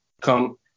Come